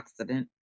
antioxidant